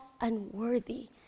unworthy